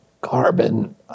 carbon